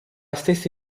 stessa